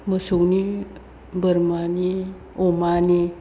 मोसौनि बोरमानि अमानि